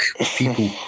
people